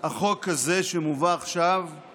החוק הזה שמובא עכשיו היא